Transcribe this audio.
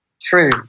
True